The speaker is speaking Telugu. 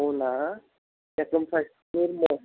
అవునా